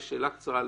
ושאלה קצרה.